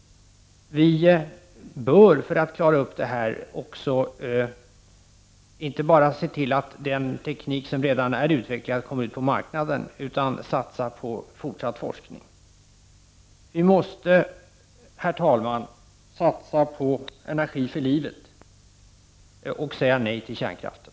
För att klara upp det här bör vi också inte bara se till att den teknik som redan är utvecklad kommer ut på marknaden utan också satsa på fortsatt forskning. Herr talman! Vi måste satsa på energi för livet och säga nej till kärnkraften.